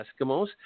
Eskimos